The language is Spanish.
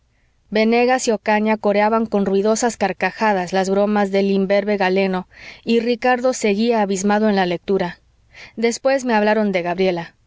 venegas y ocaña coreaban con ruidosas carcajadas las bromas del imberbe galeno y ricardo seguía abismado en la lectura después me hablaron de gabriela